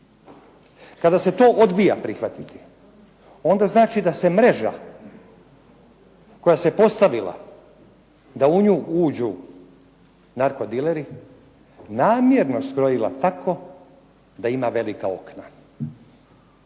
Kada se to odbija prihvatiti onda znači da se mreža koja se postavila da u nju uđu narkodileri, namjerno skrojila tako da ima velika okna.